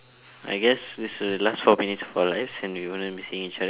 I guess this will last four minutes of our lives and we wouldn't be seeing each other